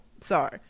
Sorry